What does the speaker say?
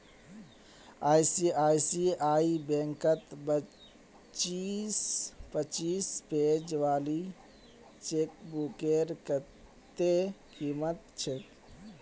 ICICI बैंकत पच्चीस page वाली चेकबुकेर कत्ते कीमत छेक